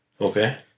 Okay